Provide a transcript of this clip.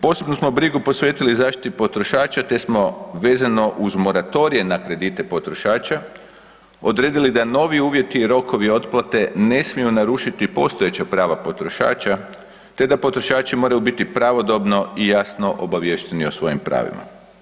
Posebnu smo brigu posvetili zaštiti potrošača, te smo vezano uz moratorije na kredite potrošača odredili da novi uvjeti i rokovi otplate ne smiju narušiti postojeća prava potrošača, te da potrošači moraju biti pravodobno i jasno obaviješteni o svojim pravima.